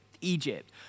Egypt